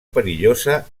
perillosa